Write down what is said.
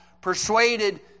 persuaded